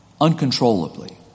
uncontrollably